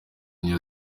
new